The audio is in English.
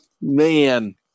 Man